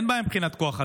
אין בעיה מבחינת כוח אדם.